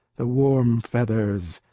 the warm feathers,